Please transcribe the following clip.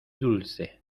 dulce